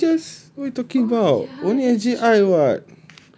ishan ijaz what are you talking about only S_J_I [what]